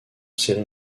série